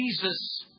Jesus